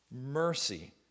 mercy